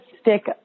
stick